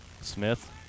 Smith